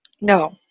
No